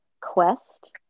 quest